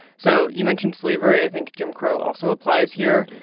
so you mentioned slavery i think jim crow also applies here.